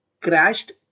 crashed